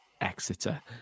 Exeter